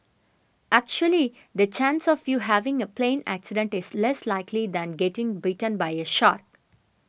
actually the chance of you having a plane accident is less likely than getting bitten by a shark